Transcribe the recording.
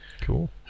Cool